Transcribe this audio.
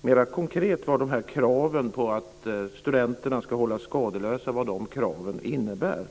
mer konkret vad kraven på att studenterna ska hållas skadeslösa innebär.